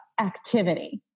activity